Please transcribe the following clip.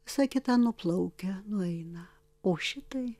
visa kita nuplaukia nueina o šitai